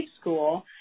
school